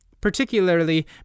particularly